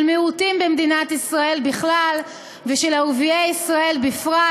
מיעוטים במדינת ישראל בכלל ושל ערביי ישראל בפרט.